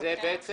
זה בעצם